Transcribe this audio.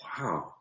Wow